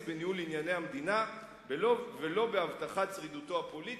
בניהול ענייני המדינה ולא בהבטחת שרידותו הפוליטית".